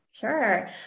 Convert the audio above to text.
Sure